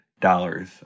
dollars